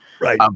right